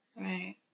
Right